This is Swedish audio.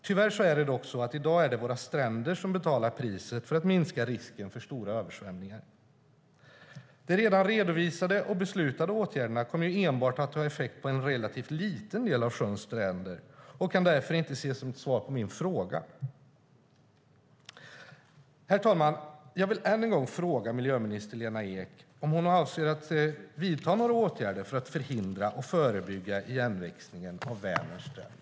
Tyvärr är det dock så att det i dag är våra stränder som betalar priset för att man minskar risken för stora översvämningar. De redan redovisade och beslutade åtgärderna kommer enbart att ha effekt på en relativt liten del av sjöns stränder och kan därför inte ses som svar på min fråga. Herr talman! Jag vill än en gång fråga miljöminister Lena Ek om hon avser att vidta några åtgärder för att förhindra och förebygga igenväxningen av Vänerns stränder.